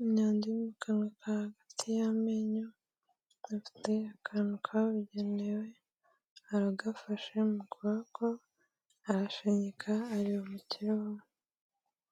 imyanda iri mu kanwa kawe hagati y'amenyo afite akantu kabugenewe aragafashe mu kuboko arashinyika areba mu kirahure.